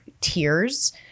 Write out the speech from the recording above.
tears